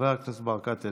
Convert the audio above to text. חבר הכנסת ברקת,